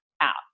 out